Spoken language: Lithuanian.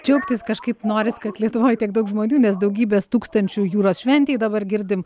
džiaugtis kažkaip noris kad lietuvoj tiek daug žmonių nes daugybės tūkstančių jūros šventėj dabar girdim